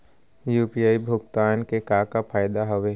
UPI भुगतान के का का फायदा हावे?